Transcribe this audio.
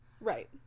Right